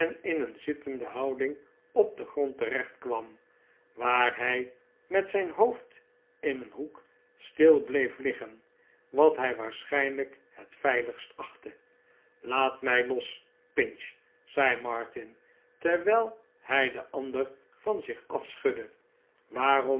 in een zittende houding op den grond terechtkwam waar hij met zijn hoofd in een hoek stil bleef liggen wat hij waarschijnlijk het veiligst achtte laat mij los pinch zei martin terwijl hij den ander van zich afschudde waarom